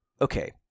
Okay